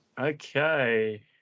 Okay